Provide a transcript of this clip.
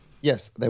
Yes